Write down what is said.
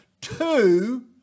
two